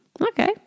Okay